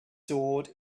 sword